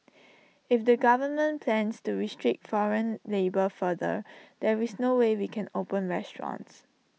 if the government plans to restrict foreign labour further there is no way we can open restaurants